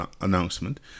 announcement